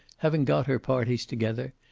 having got her parties together,